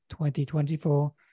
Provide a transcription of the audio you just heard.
2024